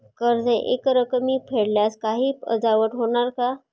कर्ज एकरकमी फेडल्यास काही वजावट होणार का?